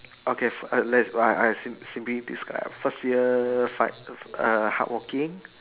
okay so I let's I I sim~ simply describe first year fight err hardworking